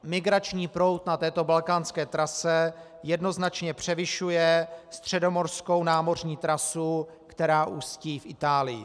Migrační proud na této balkánské trase jednoznačně převyšuje středomořskou námořní trasu, která ústí v Itálii.